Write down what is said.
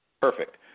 Perfect